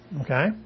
Okay